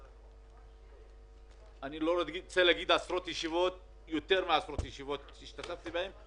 ביותר מעשרות ישיבות שבהן השתתפתי,